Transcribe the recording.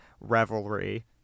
Revelry